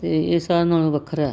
ਅਤੇ ਇਹ ਸਾਰਿਆਂ ਨਾਲੋਂ ਵੱਖਰਾ ਹੈ